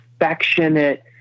affectionate